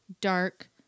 dark